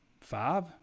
five